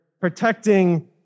protecting